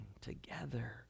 together